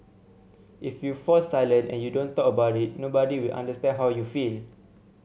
if you fall silent and you don't talk about it nobody will understand how you feel